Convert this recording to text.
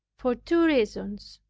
for two reasons.